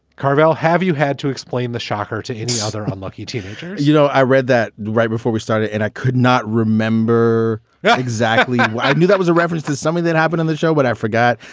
carville have you had to explain the shocker to any other unlucky teenager? you know, i read that right before we started and i could not remember yeah exactly. i knew that was a reference to something that happened on the show. but i forgot.